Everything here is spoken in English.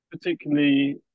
particularly